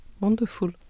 wonderful